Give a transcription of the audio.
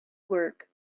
work